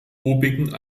obigen